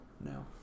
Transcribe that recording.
No